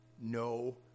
no